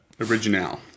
Original